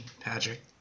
patrick